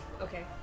Okay